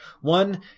One